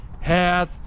hath